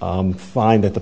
find that the